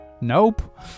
nope